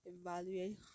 evaluate